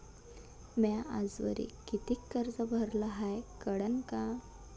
म्या आजवरी कितीक कर्ज भरलं हाय कळन का?